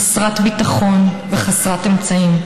חסרת ביטחון וחסרת אמצעים.